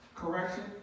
correction